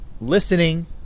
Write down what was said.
listening